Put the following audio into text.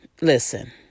listen